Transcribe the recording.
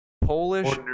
Polish